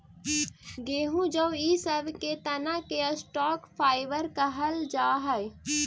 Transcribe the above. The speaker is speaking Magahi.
गेहूँ जौ इ सब के तना के स्टॉक फाइवर कहल जा हई